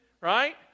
right